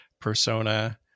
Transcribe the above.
persona